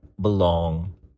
belong